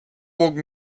woke